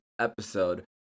episode